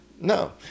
No